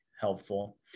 helpful